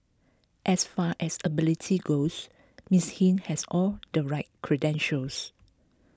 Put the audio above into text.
as far as ability goes Miss Hing has all the right credentials